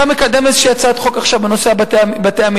אתה מקדם עכשיו איזו הצעת חוק בנושא בתי-המדרש.